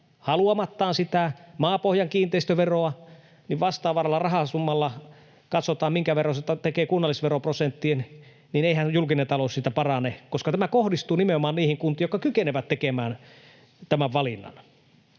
haluamattaan sitä maapohjan kiinteistöveroa, niin vastaavalla rahasummalla katsotaan, minkä verran se tekee kunnallisveroprosenttiin, niin eihän julkinen talous siitä parane, koska tämä kohdistuu nimenomaan niihin kuntiin, jotka kykenevät tekemään tämän valinnan.